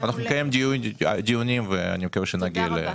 תודה רבה.